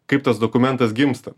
kaip tas dokumentas gimsta